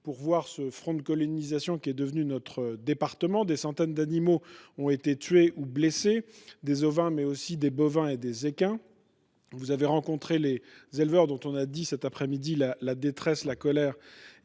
pour observer ce front de colonisation qu’est devenu notre département. Des centaines d’animaux ont été tués ou blessés : des ovins, mais aussi des bovins et des équins. Vous avez rencontré les éleveurs dont on a dit cet après midi la détresse, la colère